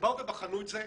כשבאו ובחנו את זה,